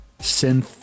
synth